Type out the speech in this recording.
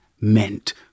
meant